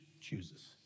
chooses